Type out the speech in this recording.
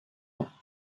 ans